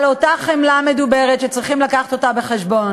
על אותה חמלה מדוברת שצריך להביא בחשבון.